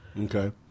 Okay